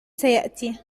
سيأتي